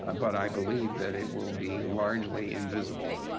ah but i believe that it will be largely invisible.